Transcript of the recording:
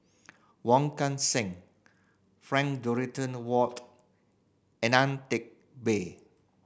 Wong Kan Seng Frank Dorrington Ward and Ang Teck Bee